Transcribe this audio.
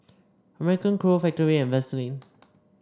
American Crew Factorie and Vaseline